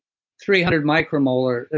three hundred micromolar,